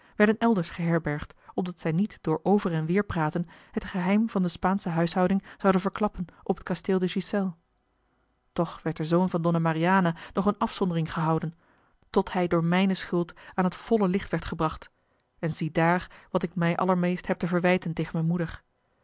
werden elders geherbergd opdat zij niet door over en weêr praten het geheim van de spaansche huishouding zouden vera l g bosboom-toussaint de delftsche wonderdokter eel verklappen op het kasteel de ghiselles toch werd de zoon van dona mariana nog in afzondering gehouden tot hij door mijne schuld aan het volle licht werd gebracht en ziedaar wat ik mij allermeest heb te verwijten tegen mijne moeder